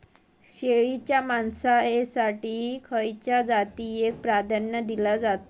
शेळीच्या मांसाएसाठी खयच्या जातीएक प्राधान्य दिला जाता?